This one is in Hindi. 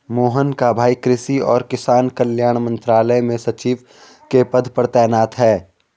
मोहन का भाई कृषि और किसान कल्याण मंत्रालय में सचिव के पद पर तैनात है